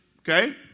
Okay